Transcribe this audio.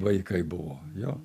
vaikai buvo jo